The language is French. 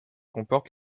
comporte